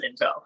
Intel